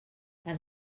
les